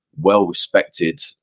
well-respected